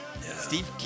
Steve